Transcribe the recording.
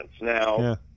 Now